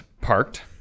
parked